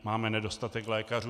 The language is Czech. Máme nedostatek lékařů.